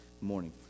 morning